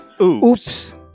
Oops